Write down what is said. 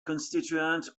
constituent